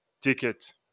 ticket